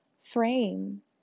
frame